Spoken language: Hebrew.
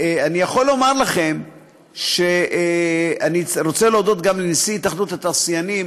אני יכול לומר לכם שאני רוצה להודות גם לנשיא התאחדות התעשיינים,